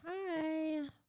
Hi